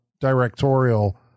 directorial